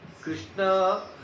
Krishna